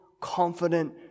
confident